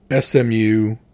SMU